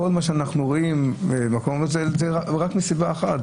כל מה שאנחנו רואים במקומות האלה זה רק מסיבה אחת,